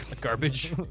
garbage